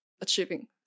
achieving